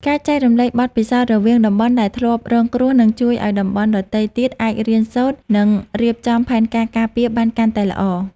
ការចែករំលែកបទពិសោធន៍រវាងតំបន់ដែលធ្លាប់រងគ្រោះនឹងជួយឱ្យតំបន់ដទៃទៀតអាចរៀនសូត្រ និងរៀបចំផែនការការពារបានកាន់តែល្អ។